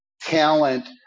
talent